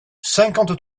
cinquante